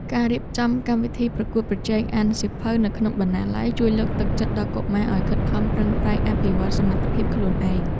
ការរៀបចំកម្មវិធីប្រកួតប្រជែងអានសៀវភៅនៅក្នុងបណ្ណាល័យជួយលើកទឹកចិត្តដល់កុមារឱ្យខិតខំប្រឹងប្រែងអភិវឌ្ឍសមត្ថភាពខ្លួនឯង។